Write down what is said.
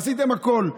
עשיתם הכול,